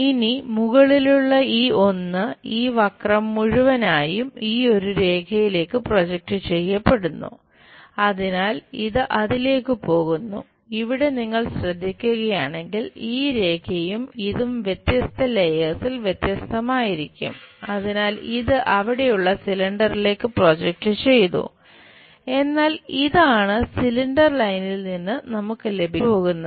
ഇനി മുകളിലുള്ള ഈ ഒന്ന് ഈ വക്രം ലൈനിൽ നിന്ന് നമുക്ക് ലഭിക്കാൻ പോകുന്നത്